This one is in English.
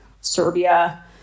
Serbia